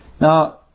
Now